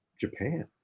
Japan